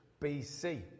BC